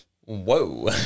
Whoa